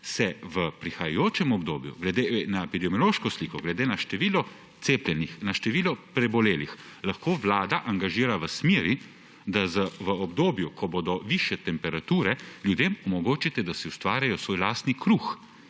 se v prihajajoče obdobju glede na epidemiološko sliko, glede na število cepljenih, na število prebolelih, lahko Vlada angažira v smeri, da v obdobju, ko bodo višje temperature, ljudem omogočite, da si ustvarijo svoj lastni kruh.